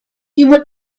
even